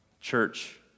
Church